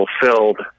fulfilled